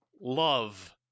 love